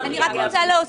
אני רק רוצה להוסיף,